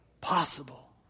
possible